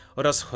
oraz